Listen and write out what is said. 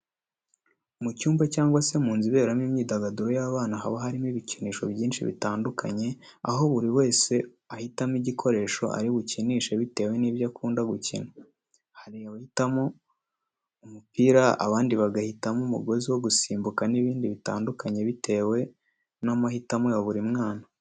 Mu cyumba cyangwa se mu nzu iberamo imyidagaduro y'abana, haba harimo ibikinisho byinshi bitandukanye, aho buri wese ahitamo igikoresho ari bukinishe bitewe n'ibyo akunda gukina. Hari abahitamo umupira, abandi bagahitamo umugozi wo gusimbuka n'ibindi bitandukanye, bitewe n'amahitamo ya buri mwana.